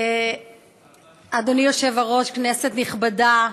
אדוני היושב-ראש, כנסת נכבדה,